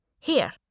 Here